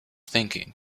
thinking